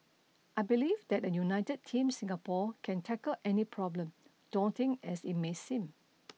I believe that a united Team Singapore can tackle any problem daunting as it may seem